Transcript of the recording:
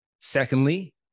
Secondly